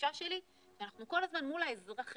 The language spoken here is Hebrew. התחושה שלי שאנחנו כל הזמן מול האזרחים